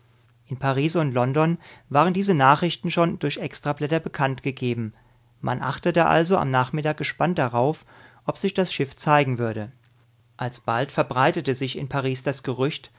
in paris und london waren diese nachrichten schon durch extrablätter bekanntgegeben man achtete also am nachmittag gespannt darauf ob sich das schiff zeigen würde alsbald verbreitete sich in paris das gerücht